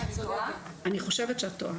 אני חושבת שאת טועה.